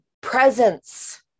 presence